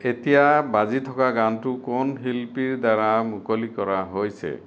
এতিয়া বাজি থকা গানটো কোন শিল্পীৰ দ্বাৰা মুকলি কৰা হৈছে